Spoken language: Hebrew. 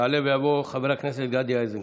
יעלה ויבוא חבר הכנסת גדי איזנקוט.